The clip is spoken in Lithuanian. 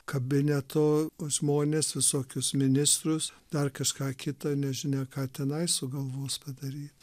kabineto žmonės visokius ministrus dar kažką kitą nežinia ką tenai sugalvos padaryt